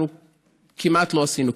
אנחנו כמעט לא עשינו כלום.